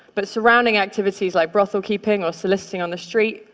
but surrounding activities, like brothel-keeping or soliciting on the street,